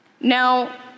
Now